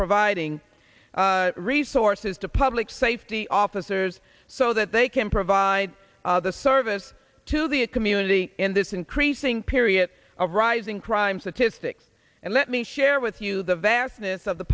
providing resources to public safety officers so that they can provide the service to the a community in this increasing period of rising crime statistics and let me share with you the vastness of the